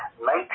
make